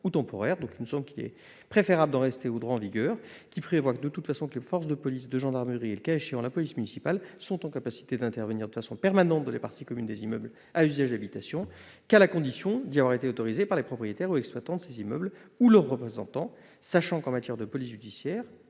ou temporaire. Il nous semble préférable d'en rester au droit en vigueur, qui prévoit que les forces de police, de gendarmerie et, le cas échéant, la police municipale ont la possibilité d'intervenir de façon permanente dans les parties communes des immeubles à usage d'habitation à la condition d'y avoir été autorisées par les propriétaires ou exploitants de ces immeubles ou leurs représentants. Il faut également savoir qu'en matière de police judiciaire,